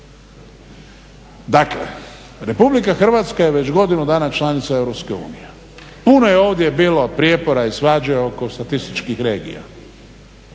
Dakle, Republika Hrvatska je već godinu dana članica EU. Puno je ovdje bilo prijepora i svađe oko statističkih regija.